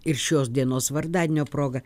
ir šios dienos vardadienio proga